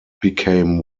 became